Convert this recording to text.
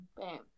bam